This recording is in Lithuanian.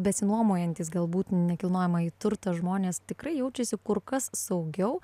besinuomojantys galbūt nekilnojamąjį turtą žmonės tikrai jaučiasi kur kas saugiau